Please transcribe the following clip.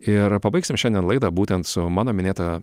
ir pabaigsim šiandien laidą būtent su mano minėta